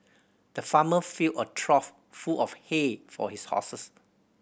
the farmer filled a trough full of hay for his horses